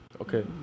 okay